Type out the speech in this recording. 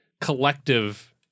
collective